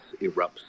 erupts